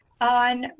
on